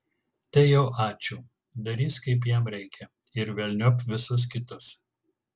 tai jau ačiū darys kaip jam reikia ir velniop visus kitus